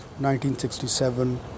1967